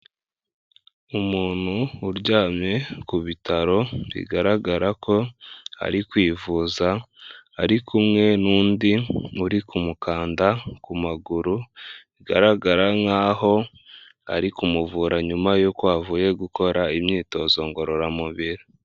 Umuntu uryamye ku bitaro bigaragara ko ari kwivuza ari kumwe n'undi uri kumukanda ku maguru bigaragara nkaho ari kumuvura nyuma yuko avuye gukora imyitozo ngororamubiri.